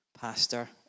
pastor